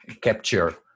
capture